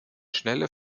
schnelle